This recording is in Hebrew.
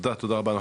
תודה רבה לך,